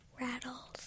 rattles